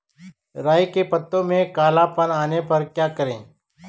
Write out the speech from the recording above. राई के पत्तों में काला पन आने पर क्या करें?